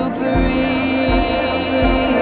free